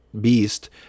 Beast